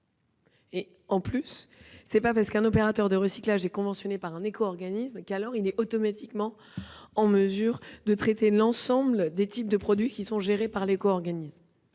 De plus, ce n'est pas parce qu'un opérateur de recyclage est conventionné par un éco-organisme qu'il est automatiquement en mesure de traiter l'ensemble des types de produits gérés par l'éco-organisme.